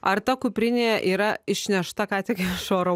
ar ta kuprinė yra išnešta ką tik iš oro